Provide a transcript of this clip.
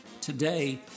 Today